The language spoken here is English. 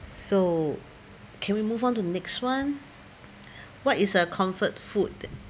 so can we move on to next one what is a comfort food